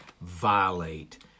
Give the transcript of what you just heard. violate